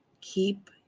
keep